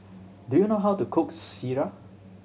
do you know how to cook sireh